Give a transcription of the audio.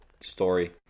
story